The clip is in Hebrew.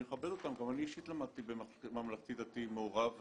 אני מכבד אותן.